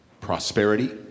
prosperity